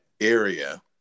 area